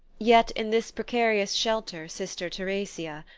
yet in this precarious shelter sister theresia,